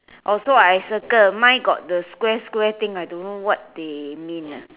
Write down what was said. also I circle mine got the square square thing I don't know what they mean